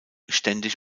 ständig